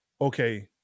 okay